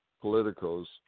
politicos